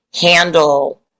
handle